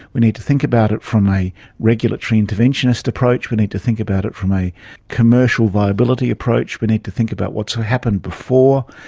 we need to think about it from a regulatory interventionist approach, we need to think about it from a commercial viability approach, we need to think about what has so happened before,